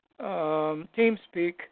TeamSpeak